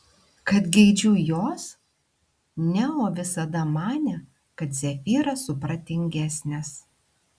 kad geidžiu jos neo visada manė kad zefyras supratingesnis